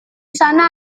sana